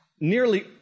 nearly